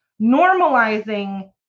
normalizing